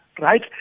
right